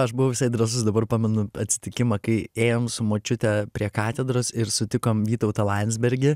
aš buvau visai drąsus dabar pamenu atsitikimą kai ėjom su močiute prie katedros ir sutikom vytautą landsbergį